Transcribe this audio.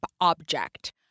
object